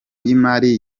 y’imari